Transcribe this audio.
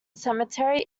cemetery